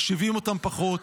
מחשיבים אותם פחות?